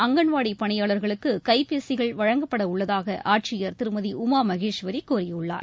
அங்கன்வாடி பணியாளர்களுக்கு கைப்பேசிகள் வழங்கப்பட உள்ளதாக ஆட்சியர் திருமதி உமா மகேஸ்வரி கூறியுள்ளார்